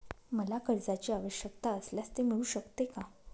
मला कर्जांची आवश्यकता असल्यास ते मिळू शकते का?